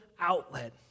outlet